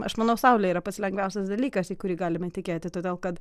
aš manau saulė yra pats lengviausias dalykas į kurį galime tikėti todėl kad